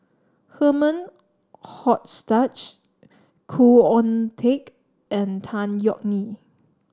Herman Hochstadt Khoo Oon Teik and Tan Yeok Nee